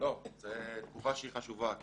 זו תגובה שהיא חשובה.